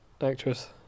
actress